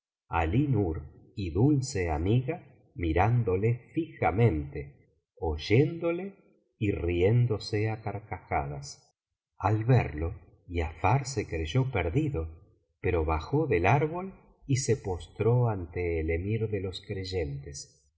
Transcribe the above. alí nur y dulceamiga mirándole fijamente oyéndole y riéndose á carcajadas al verlo giafar se creyó perdido pero bajó del árbol y se postró ante el emir de los creyentes